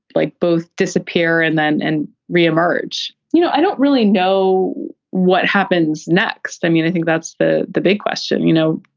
like both disappear and then and reemerge. you know, i don't really know what happens next. i mean, i think that's the the big question. you know.